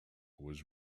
was